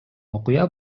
окуя